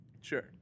sure